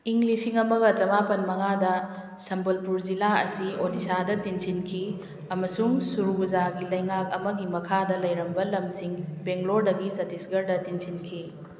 ꯏꯪ ꯂꯤꯁꯤꯡ ꯑꯃꯒ ꯆꯃꯥꯄꯜ ꯃꯉꯥꯗ ꯁꯝꯕꯜꯄꯨꯔ ꯖꯤꯂꯥ ꯑꯁꯤ ꯑꯣꯗꯤꯁꯥꯗ ꯇꯤꯟꯁꯤꯟꯈꯤ ꯑꯃꯁꯨꯡ ꯁꯨꯔꯨꯒꯨꯖꯥꯒꯤ ꯂꯩꯉꯥꯛ ꯑꯃꯒꯤ ꯃꯈꯥꯗ ꯂꯩꯔꯝꯕ ꯂꯝꯁꯤꯡ ꯕꯦꯡꯒ꯭ꯂꯣꯔꯗꯒꯤ ꯆꯇꯤꯁꯒꯔꯗ ꯇꯤꯟꯁꯤꯟꯈꯤ